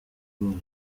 bose